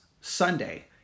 Sunday